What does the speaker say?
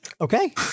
Okay